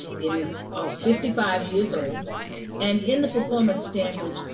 it is ah fifty five years old and in the performance standards,